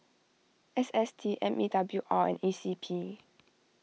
S S T M E W R and E C P